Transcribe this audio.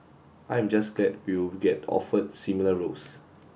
I am just glad we will get offered similar roles